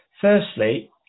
firstly